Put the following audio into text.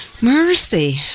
mercy